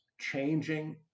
changing